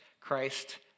Christ